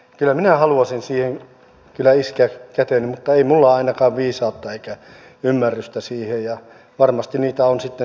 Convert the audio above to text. kyllä minä haluaisin siihen iskeä käteni mutta ei minulla ole ainakaan viisautta eikä ymmärrystä siihen ja varmasti niitä on sitten semmoisia